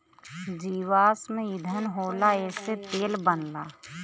जीवाश्म ईधन होला एसे तेल बनला